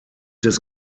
des